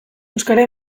euskara